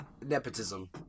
nepotism